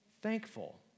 thankful